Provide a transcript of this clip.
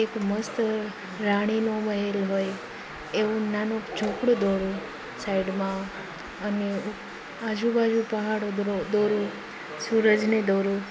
એક મસ્ત રાણીનો મહેલ હોય એવું નાનું ઝૂંપડું દોરૂં સાઈડમાં અને આજુબાજુ પહાડો દોરું સૂરજને દોરું